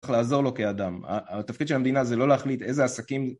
צריך לעזור לו כאדם, התפקיד של המדינה זה לא להחליט איזה עסקים